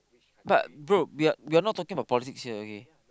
but bro we're we're not talking about politics here okay